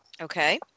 okay